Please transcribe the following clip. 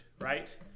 Right